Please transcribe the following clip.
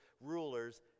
rulers